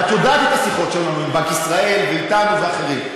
ואת יודעת את השיחות שלנו עם בנק ישראל ואתנו ואחרים.